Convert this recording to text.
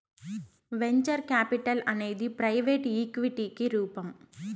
venture capital అనేది private ఈక్విటికి రూపం